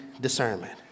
discernment